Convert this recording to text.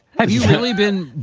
have you really been?